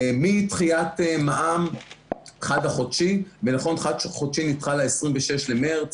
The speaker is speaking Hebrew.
מדחיית מע"מ חד-החודשי ונכון שחד-חודשי נדחה ל-26 במרץ,